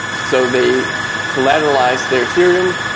so they collateralized their ethereum,